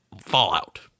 Fallout